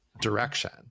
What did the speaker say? direction